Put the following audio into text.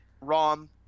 rom